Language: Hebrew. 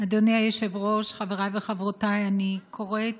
אדוני היושב-ראש, חבריי וחברותיי, אני קוראת